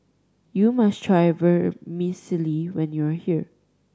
you must try Vermicelli when you are here